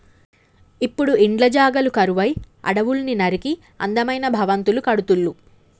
ఇప్పుడు ఇండ్ల జాగలు కరువై అడవుల్ని నరికి అందమైన భవంతులు కడుతుళ్ళు